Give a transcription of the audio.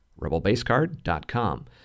rebelbasecard.com